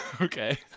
Okay